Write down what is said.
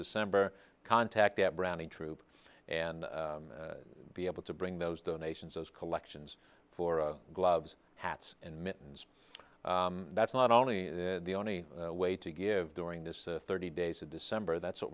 december contact that brownie troop and be able to bring those donations those collections for gloves hats and mittens that's not only the only way to give during this thirty days of december that's what